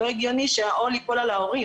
הגיוני שהעול ייפול על ההורים.